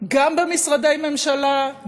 גם במשרדי ממשלה,